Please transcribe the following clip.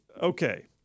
Okay